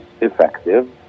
effective